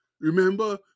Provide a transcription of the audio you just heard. Remember